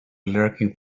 lurking